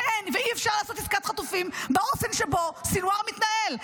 שאין ואי-אפשר לעשות עסקת חטופים באופן שבו סנוואר מתנהל.